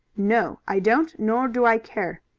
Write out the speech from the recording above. no, i don't, nor do i care.